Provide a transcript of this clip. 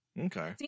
okay